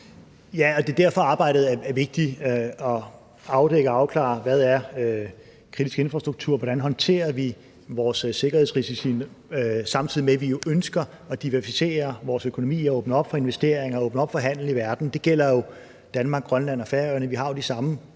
derfor, at arbejdet er vigtigt – at afdække og afklare, hvad kritisk infrastruktur er, og hvordan vi håndterer vores sikkerhedsrisici, samtidig med at vi jo ønsker at diversificere vores økonomi og åbne op for investeringer og åbne op for handel i verden. Det gælder Danmark, Grønland og Færøerne – vi har jo de samme